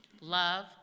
love